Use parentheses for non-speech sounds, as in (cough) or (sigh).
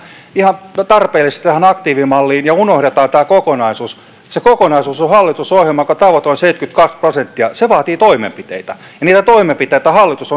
tarpeellisesti tähän aktiivimalliin ja unohdetaan kokonaisuus se kokonaisuus on hallitusohjelma jonka tavoite on seitsemänkymmentäkaksi prosenttia se vaatii toimenpiteitä ja niitä toimenpiteitä hallitus (unintelligible)